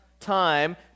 Time